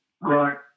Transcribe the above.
Right